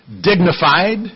dignified